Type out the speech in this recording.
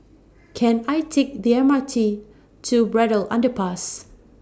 Can I Take The M R T to Braddell Underpass